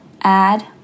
add